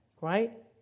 right